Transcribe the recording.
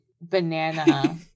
banana